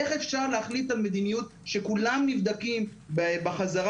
איך אפשר להחליט על מדיניות שכולם נבדקים בחזרה